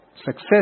Success